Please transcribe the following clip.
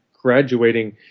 Graduating